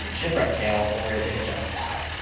you know shipwreck tale? or is it just that?